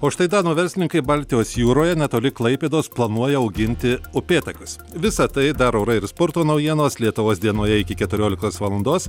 o štai danų verslininkai baltijos jūroje netoli klaipėdos planuoja auginti upėtakius visa tai daro orai ir sporto naujienos lietuvos dienoje iki keturiolikos valandos